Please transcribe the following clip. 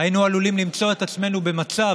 היינו עלולים למצוא את עצמנו במצב,